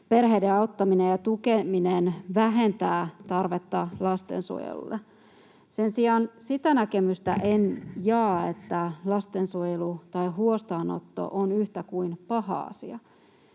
perheiden auttaminen ja tukeminen vähentää tarvetta lastensuojelulle. Sen sijaan sitä näkemystä en jaa, että lastensuojelu tai huostaanotto on yhtä kuin paha asia.